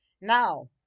Now